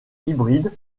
hybride